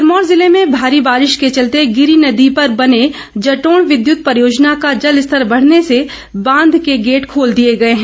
सिरमौर जिले में भारी बारिश के चलते गिरी नदी पर बने जटोण विद्यत परियोजना का जल स्तर बढ़ने से बांध के गेट खोल दिये गये हैं